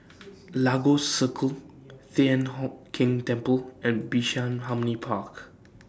Lagos Circle Thian Hock Keng Temple and Bishan Harmony Park